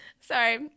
sorry